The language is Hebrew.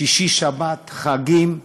שישי-שבת, חגים.